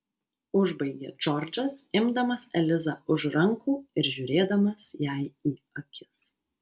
užbaigė džordžas imdamas elizą už rankų ir žiūrėdamas jai į akis